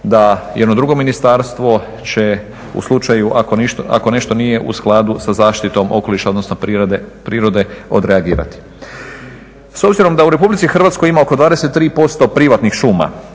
će jedno drugo ministarstvo ako nije nešto u skladu sa zaštitom okoliša odnosno prirode odreagirati. S obzirom da u RH ima oko 23% privatnih šuma,